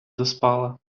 доспала